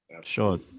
Sure